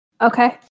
Okay